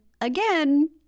Again